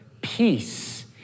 peace